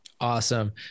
Awesome